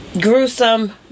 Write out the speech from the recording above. Gruesome